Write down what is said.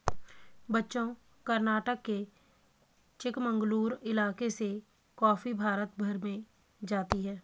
बच्चों कर्नाटक के चिकमंगलूर इलाके से कॉफी भारत भर में जाती है